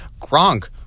Gronk